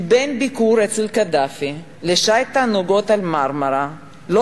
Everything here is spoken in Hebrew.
כי בין ביקור אצל קדאפי לשיט תענוגות ב"מרמרה" לא